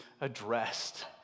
addressed